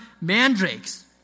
mandrakes